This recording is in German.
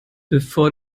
bevor